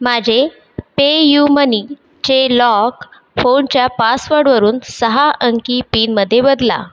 माझे पेयुमनीचे लॉक फोनच्या पासवर्डवरून सहा अंकी पिनमध्ये बदला